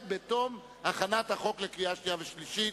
בתום הכנת החוק לקריאה שנייה ושלישית,